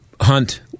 Hunt